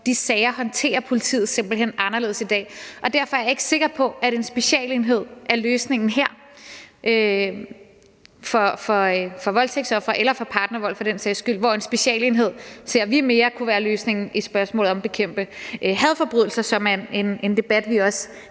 de sager håndterer politiet simpelt hen anderledes i dag. Og derfor er jeg ikke sikker på, at en specialenhed her er løsningen for voldtægtsofre, eller ofre for partnervold for den sags skyld, for en specialenhed er noget, vi mere ser kunne være løsningen i spørgsmålet om at bekæmpe hadforbrydelser, som er en debat, vi også